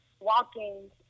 Walking